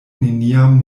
neniam